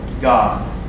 God